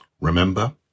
remember